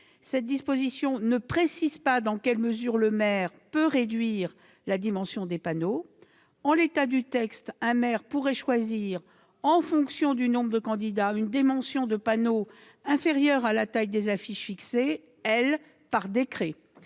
Cet alinéa ne précise pas dans quelle mesure le maire peut réduire la dimension des panneaux. En l'état du texte, un maire pourrait choisir, en fonction du nombre de candidats, une dimension pour les panneaux qui soit inférieure à la taille des affiches, fixée, elle, par décret.